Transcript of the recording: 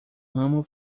ramo